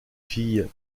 filles